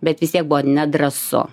bet vis tiek buvo nedrąsu